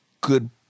good